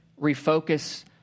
Refocus